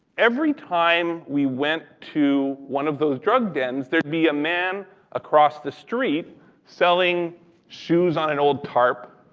every time we went to one of those drug dens, there'd be a man across the street selling shoes on an old tarp